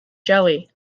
jelly